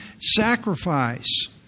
sacrifice